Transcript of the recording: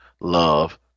love